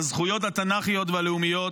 על הזכויות התנ"כיות הלאומיות.